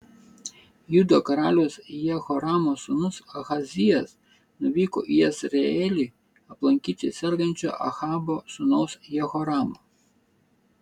judo karaliaus jehoramo sūnus ahazijas nuvyko į jezreelį aplankyti sergančio ahabo sūnaus jehoramo